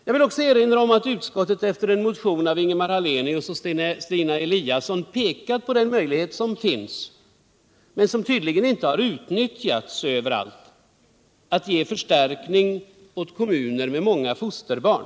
Jag vill också erinra om att utskottet efter en motion av Ingemar Hallenius och Suna Eliasson pekat på den möjlighet som finns — men som tydligen inte har utnyttjats överallt — att ge förstärkning åt kommuner med många fosterbarn.